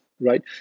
Right